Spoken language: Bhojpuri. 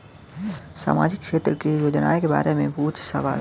सामाजिक क्षेत्र की योजनाए के बारे में पूछ सवाल?